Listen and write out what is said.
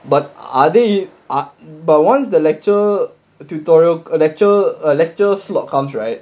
but are they are but once the lecture tutorial lecture lecture slot comes right